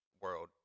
world